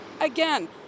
again